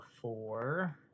four